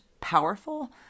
powerful